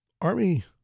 army